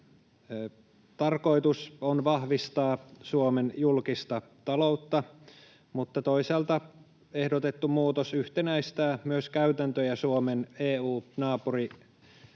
tarkoitus on vahvistaa Suomen julkista taloutta, mutta toisaalta ehdotettu muutos yhtenäistää myös käytäntöjä Suomen EU-naapurivaltioiden